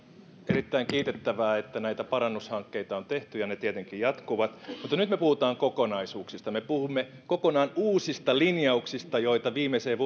erittäin kiitettävää että näitä parannushankkeita on tehty ja ne tietenkin jatkuvat mutta nyt puhutaan kokonaisuuksista me puhumme kokonaan uusista linjauksista joita viimeiseen